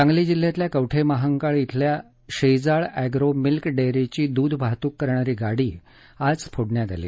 सांगली जिल्ह्यातल्या कवठे मंहकाळ श्रेजाळ agro milk डेयरीची दूध वाहतूक करणारी गाडी आज फोडण्यात आली